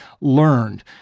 learned